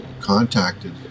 contacted